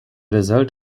result